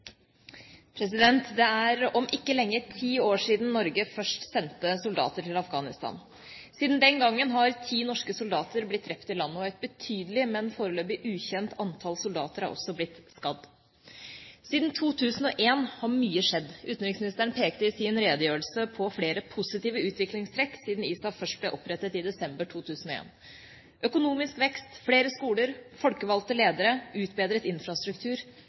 Det er om ikke lenge ti år siden Norge først sendte soldater til Afghanistan. Siden den gangen har ti norske soldater blitt drept i landet og et betydelig, men foreløpig ukjent antall soldater har også blitt skadd. Siden 2001 har mye skjedd. Utenriksministeren pekte i sin redegjørelse på flere positive utviklingstrekk siden ISAF først ble opprettet i desember 2001. Økonomisk vekst, flere skoler, folkevalgte ledere og utbedret infrastruktur